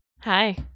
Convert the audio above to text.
Hi